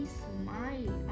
smile